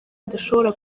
adashobora